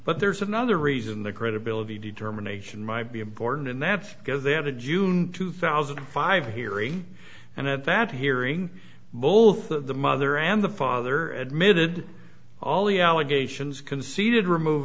but there's another reason the credibility determination might be important and that's because they had a june two thousand and five hearing and at that hearing bowles that the mother and the father admitted all the allegations conceded remove